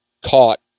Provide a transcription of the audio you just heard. caught